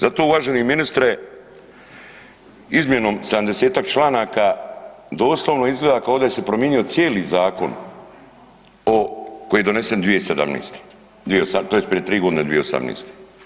Zato uvaženi ministre, izmjenom 70-ak članaka doslovno izgleda kao da se promijenio cijeli zakon koji je donesen 2017., tj. prije 3 g., 2018.